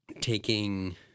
taking